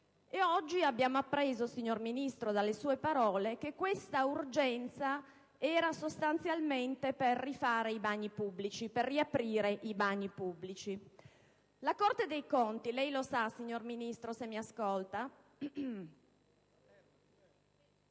Oggi abbiamo appreso, signor Ministro, dalle sue parole che questa urgenza era sostanzialmente per rifare e riaprire i bagni pubblici. La Corte dei conti - lei lo sa, signor Ministro - ha